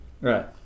Right